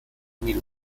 miró